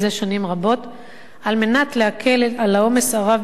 על מנת להקל על העומס הרב בבתי-הסוהר ועל